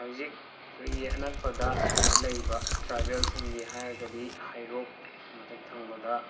ꯍꯧꯖꯤꯛ ꯑꯩꯈꯣꯏꯒꯤ ꯑꯅꯛꯄꯗ ꯂꯩꯕ ꯇ꯭ꯔꯥꯏꯕꯦꯜꯁꯤꯡꯒꯤ ꯍꯥꯏꯔꯒꯗꯤ ꯍꯩꯔꯣꯛ ꯃꯊꯛ ꯊꯪꯕꯗ